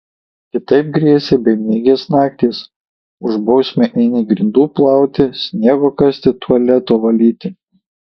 kitaip grėsė bemiegės naktys už bausmę eini grindų plauti sniego kasti tualeto valyti